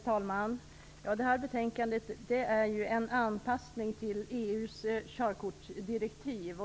Herr talman! Det här betänkandet innebär ju en anpassning till EU:s körkortsdirektiv.